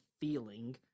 feeling